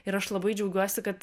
ir aš labai džiaugiuosi kad